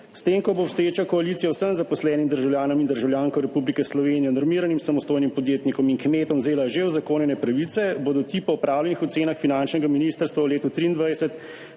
S tem, ko bo obstoječa koalicija vsem zaposlenim, državljanom in državljankam Republike Slovenije, normiranim samostojnim podjetnikom in kmetom vzela že uzakonjene pravice, bodo ti po opravljenih ocenah finančnega ministrstva v letu 2023